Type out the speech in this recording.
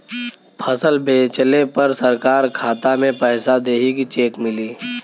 फसल बेंचले पर सरकार खाता में पैसा देही की चेक मिली?